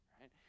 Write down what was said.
right